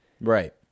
Right